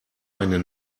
eine